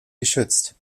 geschützt